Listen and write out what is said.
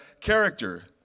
character